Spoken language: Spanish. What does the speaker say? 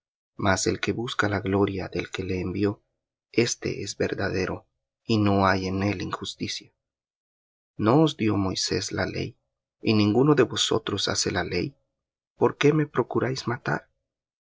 mas el que busca la gloria del que le envió éste es verdadero y no hay en él injusticia no os dió moisés la ley y ninguno de vosotros hace la ley por qué me procuráis matar